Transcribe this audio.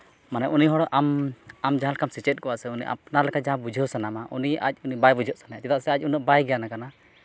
ᱢᱟᱱᱮ ᱩᱱᱤ ᱦᱚᱲ ᱟᱢ ᱟᱢ ᱡᱟᱦᱟᱸᱞᱮᱠᱟᱢ ᱥᱮᱪᱮᱫ ᱠᱚᱜᱼᱟ ᱥᱮ ᱩᱱᱤ ᱟᱯᱱᱟᱨ ᱞᱮᱠᱟ ᱡᱟᱦᱟᱸ ᱵᱩᱡᱷᱟᱹᱣ ᱥᱟᱱᱟᱢᱟ ᱩᱱᱤ ᱟᱡᱽ ᱩᱱᱤ ᱵᱟᱭ ᱵᱩᱡᱷᱟᱹᱜ ᱥᱟᱱᱟᱭᱟ ᱪᱮᱫᱟᱜ ᱥᱮ ᱟᱡᱽ ᱩᱱᱟᱹᱜ ᱵᱟᱭ ᱜᱟᱱᱟᱠᱟᱱᱟ